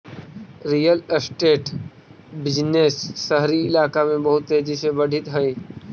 real estate business शहरी कइलाका में बहुत तेजी से बढ़ित हई